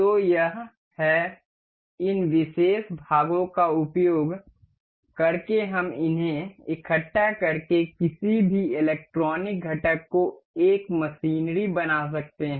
तो यह है इन विशेष भागों का उपयोग करके हम इन्हें इकट्ठा करके किसी भी इलेक्ट्रॉनिक घटक को एक मशीनरी बना सकते हैं